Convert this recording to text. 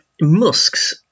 Musk's